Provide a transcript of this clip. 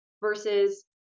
versus